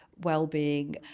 well-being